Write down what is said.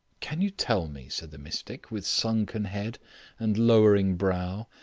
can you tell me, said the mystic, with sunken head and lowering brow,